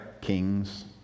Kings